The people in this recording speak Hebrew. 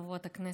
וחברות הכנסת,